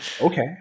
Okay